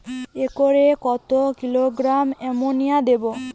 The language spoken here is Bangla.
একরে কত কিলোগ্রাম এমোনিয়া দেবো?